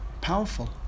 powerful